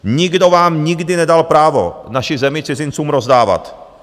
Nikdo vám nikdy nedal právo naši zemi cizincům rozdávat.